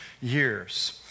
years